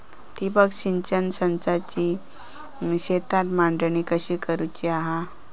ठिबक सिंचन संचाची शेतात मांडणी कशी करुची हा?